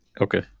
Okay